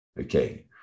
Okay